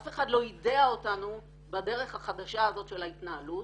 אף אחד לא יידע אותנו בדרך החדשה הזאת של ההתנהלות.